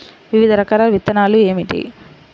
వివిధ రకాల విత్తనాలు ఏమిటి?